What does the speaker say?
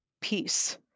peace